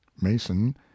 Mason